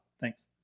Thanks